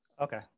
Okay